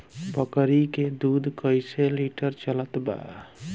बकरी के दूध कइसे लिटर चलत बा?